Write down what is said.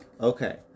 Okay